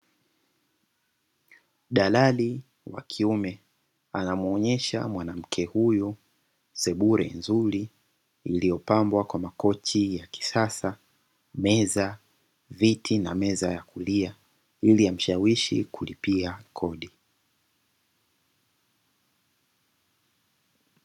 Darali wa kiume, anamwonesha mwanamke huyu sebule nzuri, iliyopambwa kwa makochi ya kisasa, meza, viti na meza ya kulia ili amshawishi kulipia kodi.